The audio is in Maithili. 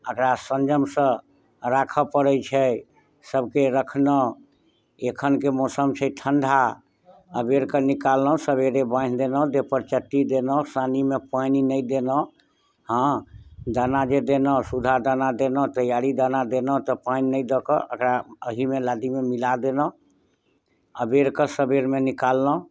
अकरा संयमसँ राखऽ पड़ैत छै सबके रखलहुँ एखनके मौसम छै ठंढा अबेर कऽ निकाललहुँ सबेरे बान्हि देलहुँ देहपर चट्टी देलहुँ सानीमे पानि नहि देलहुँ हँ दाना जे देलहुँ सुधा दाना देलहुँ तैआरी दाना देलहुँ तऽ पानि नहि दऽ कऽ अकरा एहिमे लादीमे मिला देलहुँ अबेर कऽ सबेरमे निकाललहुँ